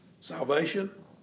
Salvation